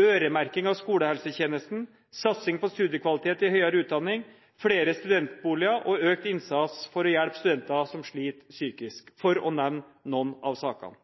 øremerking av skolehelsetjenesten, satsing på studiekvalitet i høyere utdanning, flere studentboliger og økt innsats for å hjelpe studenter som sliter psykisk – for å nevne noen av sakene.